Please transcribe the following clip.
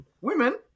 women